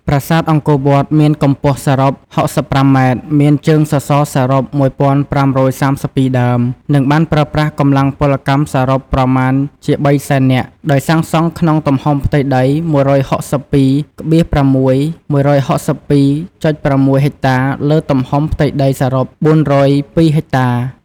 ប្រាសាទអង្គរវត្ត មានកម្ពស់សរុប ៦៥ម៉ែត្រ មានជើងសសរសរុប ១៥៣២ ដើម និងបានប្រើប្រាស់កម្លាំងពលកម្មសរុប ប្រមាណជា ៣០០,០០០ (៣សែននាក់) ដោយសាងសង់ក្នុងទំហំផ្ទៃដី ១៦២,៦ ហិចតា លើទំហំផ្ទៃដីសរុប ៤០២ ហិចតា។